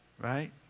right